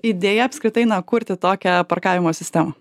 idėja apskritai na kurti tokią parkavimo sistemą